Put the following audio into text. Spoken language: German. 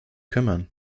kümmern